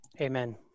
Amen